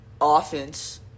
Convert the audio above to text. offense